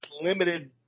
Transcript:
limited